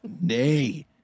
Nay